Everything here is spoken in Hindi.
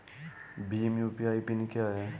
भीम यू.पी.आई पिन क्या है?